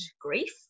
grief